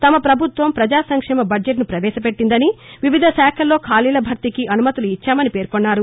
తమ పభుత్వం ప్రపజా సంక్షేమ బడ్జెట్ ను ప్రవేశపెట్టిందని వివిధ శాఖల్లో ఖాళీల భర్తీకి అనుమతులు ఇచ్చామని పేర్కొన్నారు